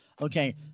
Okay